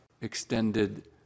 extended